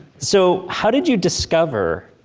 so, how did you discover